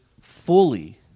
fully